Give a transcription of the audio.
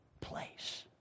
place